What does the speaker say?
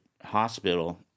hospital